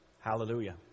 hallelujah